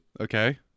Okay